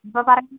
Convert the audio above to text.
ആ പറഞ്ഞു